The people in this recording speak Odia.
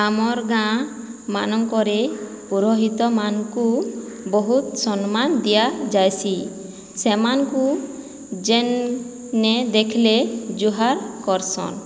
ଆମର୍ ଗାଁମାନଙ୍କରେ ପୁରୋହିତମାନ୍ଙ୍କୁ ବହୁତ ସମ୍ମାନ ଦିଆ ଯାଏସି ସେମାନଙ୍କୁ ଯେନ୍ନେ ଦେଖିଲେ ଜୁହାର କରସନ୍